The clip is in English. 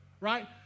right